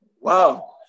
Wow